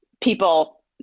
people